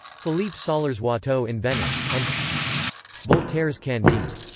philippe sollers' watteau in venice, and voltaire's candide.